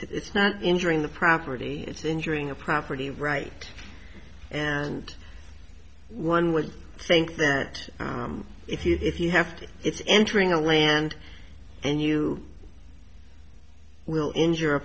it's not injuring the property it's injuring a property right and one would think there aren't if you if you have to it's entering a land and you will injure a